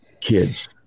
kids